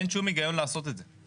אין שום הגיון לעשות את זה.